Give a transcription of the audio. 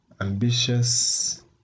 ambitious